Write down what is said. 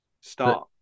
start